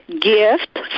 gift